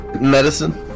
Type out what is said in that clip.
medicine